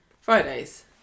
Fridays